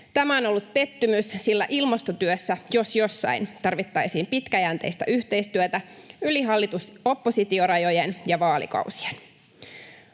Tämä on ollut pettymys, sillä ilmastotyössä, jos jossain, tarvittaisiin pitkäjänteistä yhteistyötä yli hallitus—oppositio-rajojen ja vaalikausien.